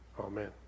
Amen